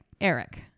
Eric